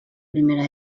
primera